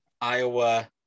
Iowa